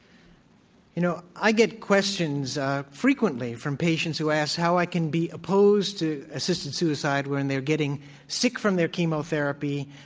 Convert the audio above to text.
you know, i get questions frequently from patients who ask how i can be opposed to assisted suicide when they're getting sick from their chemotherapy,